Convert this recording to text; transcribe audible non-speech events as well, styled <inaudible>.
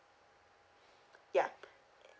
<breath> yup